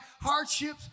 hardships